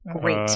great